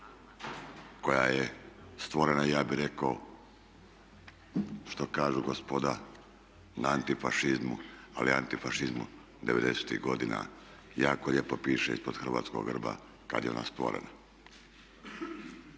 koja je stvorena ja bih rekao što kažu gospoda na antifašizmu, ali antifašizmu devedesetih godina. Jako lijepo piše ispod hrvatskog grba kad je ona stvorena.